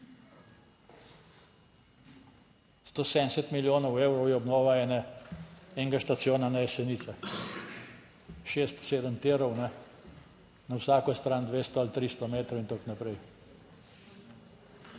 170 milijonov evrov je obnova enega štacona na Jesenicah. Šest, sedem tirov na vsako stran 200 ali 300 metrov in tako naprej.